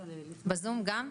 היא נמצאת בזום גם.